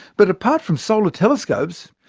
but apart from solar telescopes,